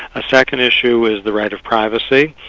a second issue is the right of privacy.